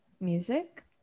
music